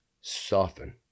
soften